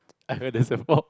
I heard this before